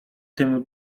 tym